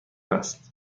است